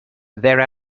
there